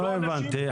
לא הבנתי.